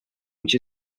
which